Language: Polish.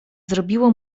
zrobiło